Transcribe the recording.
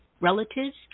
relatives